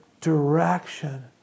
direction